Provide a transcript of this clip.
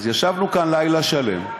אז ישבנו כאן לילה שלם,